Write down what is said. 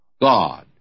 God